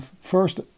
First